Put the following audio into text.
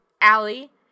Allie